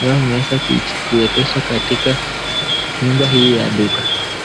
ambavyo vimeweza kuegezwa katika nyumba hii ya duka.